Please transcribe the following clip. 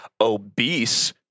obese